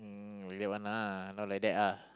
um is it one lah no like that ah